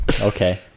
Okay